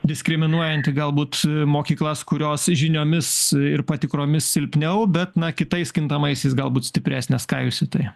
diskriminuojanti galbūt mokyklas kurios žiniomis ir patikromis silpniau bet na kitais kintamaisiais galbūt stipresnės ką jūs į tai